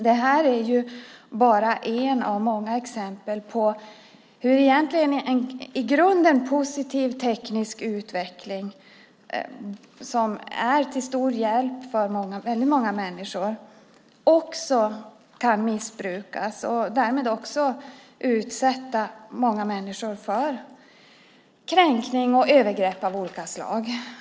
Det här är ju bara ett av många exempel på hur en i grunden egentligen positiv teknisk utveckling, som är till stor hjälp för väldigt många människor, kan missbrukas och därmed också utsätta många människor för kränkning och övergrepp av olika slag.